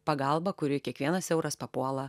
pagalba kuri kiekvienas euras papuola